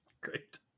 Great